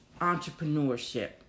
entrepreneurship